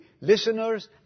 listeners